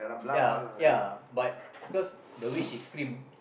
ya ya but cause the way she scream